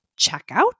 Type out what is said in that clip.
checkout